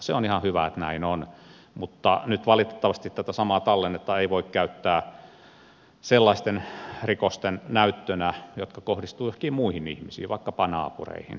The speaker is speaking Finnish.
se on ihan hyvä että näin on mutta nyt valitettavasti tätä samaa tallennetta ei voi käyttää sellaisten rikosten näyttönä jotka kohdistuvat joihinkin muihin ihmisiin vaikkapa naapureihin